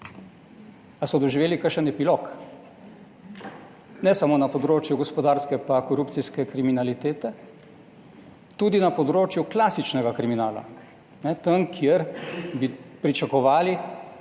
so doživeli kakšen epilog. Ne samo na področju gospodarske pa korupcijske kriminalitete, tudi na področju klasičnega kriminala, tam kjer bi pričakovali,